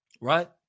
Right